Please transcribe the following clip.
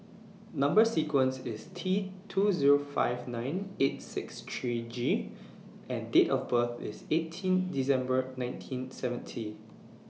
Number sequence IS T two Zero five nine eight six three G and Date of birth IS eighteen December nineteen seventy